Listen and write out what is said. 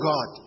God